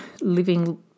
living